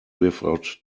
without